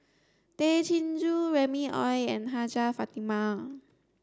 Tay Chin Joo Remy Ong and Hajjah Fatimah